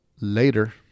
later